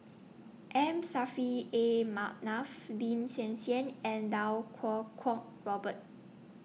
M Saffri A Manaf Lin Hsin Hsin and Iau Kuo Kwong Robert